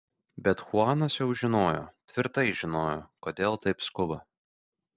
bet chuanas jau žinojo tvirtai žinojo kodėl taip skuba